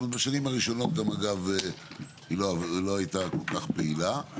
בשנים האחרונות, אגב, היא לא הייתה כל כך פעילה.